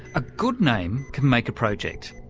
a good name can make a project.